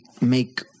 make